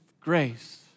grace